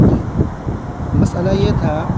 جی مسئلہ یہ تھا